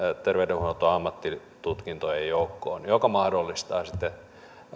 terveydenhuoltoammattitutkintojen joukkoon mikä mahdollistaa sitten